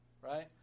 right